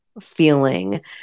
feeling